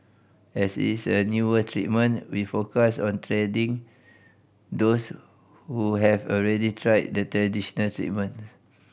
as is a newer treatment we focus on treating those who have already tried the traditional treatments